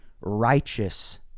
righteous